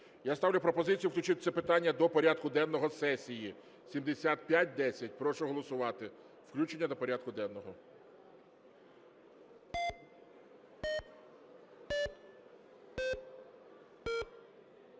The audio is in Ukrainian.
Я ставлю пропозицію включити це питання до порядку денного сесії. 7510. Прошу голосувати включення до порядку денного.